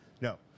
No